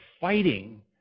fighting